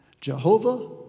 Jehovah